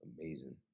Amazing